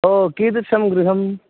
ओ कीदृशं गृहम्